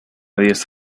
diez